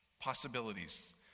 Possibilities